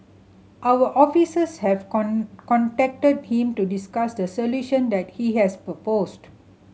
our officers have contacted him to discuss the solution that he has proposed